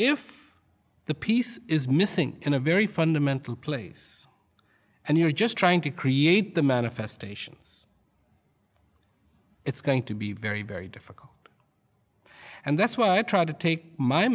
if the peace is missing in a very fundamental place and you are just trying to create the manifestations it's going to be very very difficult and that's why i try to take my